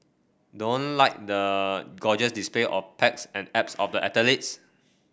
don't like the gorgeous display of pecs and abs of the athletes